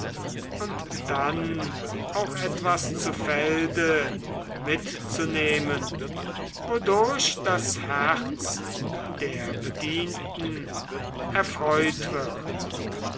und dann auch etwas zu felde mitzunehmen wodurch das herz der bedienten erfreut wird